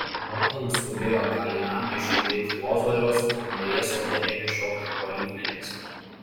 morta nuskubėjo atgal į namą išlydėti lozoriaus o marija sode ėmė šokti po alyvmedžiais